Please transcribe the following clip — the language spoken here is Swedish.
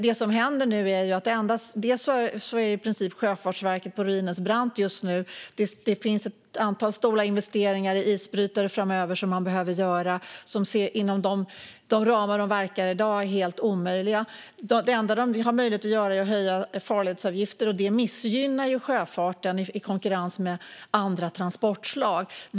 Det som händer just nu är nämligen att Sjöfartsverket i princip är på ruinens brant. Det finns ett antal stora investeringar i isbrytare som behöver göras framöver och som är helt omöjliga inom de ramar Sjöfartsverket har i dag. Det enda de har möjlighet att göra är att höja farledsavgifter, och det missgynnar ju sjöfarten i relation till andra transportslag.